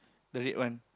the red one